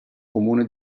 comune